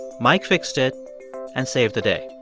mike fixed it and saved the day.